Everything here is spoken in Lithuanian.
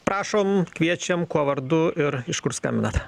prašom kviečiam kuo vardu ir iš kur skambinate